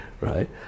right